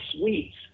sweets